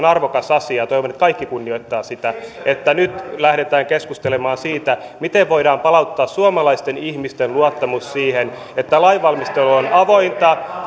arvokas asia ja toivon että kaikki kunnioittavat sitä että nyt lähdetään keskustelemaan siitä miten voidaan palauttaa suomalaisten ihmisten luottamus siihen että lainvalmistelu on avointa